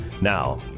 Now